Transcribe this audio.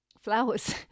flowers